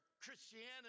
Christianity